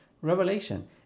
Revelation